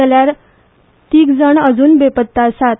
जाल्यार तीग अजुन बेपत्ता आसात